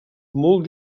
molt